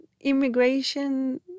immigration